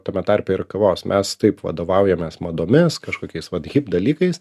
tame tarpe ir kavos mes taip vadovaujamės madomis kažkokiais vat hip dalykais